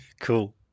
Cool